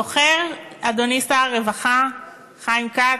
זוכר, אדוני שר הרווחה חיים כץ?